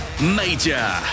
major